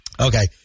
Okay